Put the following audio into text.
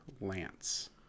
Lance